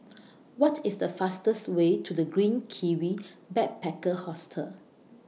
What IS The fastest Way to The Green Kiwi Backpacker Hostel